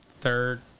third